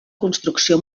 construcció